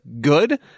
good